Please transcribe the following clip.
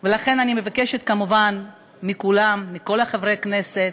ולכן, אני מבקשת כמובן מכולם, מכל חברי הכנסת,